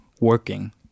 working